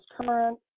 current